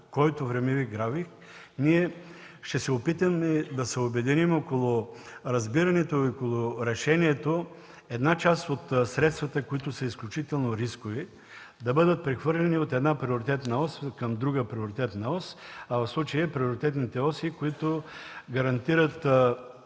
в рамките на който ще се опитаме да се обединим около разбирането и решението – част от средствата, които са изключително рискови, да бъдат прехвърлени от една приоритетна към друга приоритетна ос, в случая приоритетните оси, които гарантират